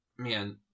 Man